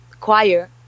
choir